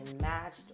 matched